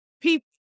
people